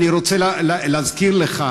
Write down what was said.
אני רוצה להזכיר לך,